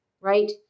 right